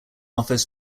offers